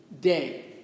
day